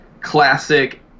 classic